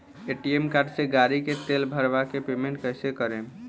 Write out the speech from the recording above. ATM card से गाड़ी मे तेल भरवा के पेमेंट कैसे करेम?